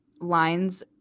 lines